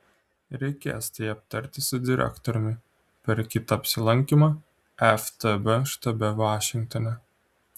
reikės tai aptarti su direktoriumi per kitą apsilankymą ftb štabe vašingtone